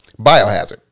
biohazard